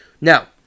now